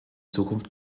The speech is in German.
zukunft